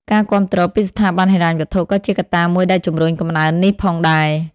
ការគាំទ្រពីស្ថាប័នហិរញ្ញវត្ថុ ក៏ជាកត្តាមួយដែលជំរុញកំណើននេះផងដែរ។